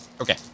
Okay